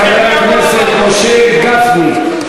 יעלה חבר הכנסת משה גפני,